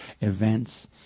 events